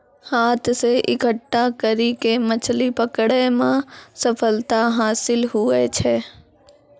हाथ से इकट्ठा करी के मछली पकड़ै मे सफलता हासिल हुवै छै